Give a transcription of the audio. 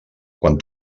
quan